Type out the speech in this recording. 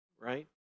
right